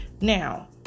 Now